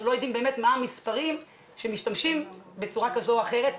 לא יודעים באמת מה המספרים שמשתמשים בצורה כזו או אחרת,